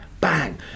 bang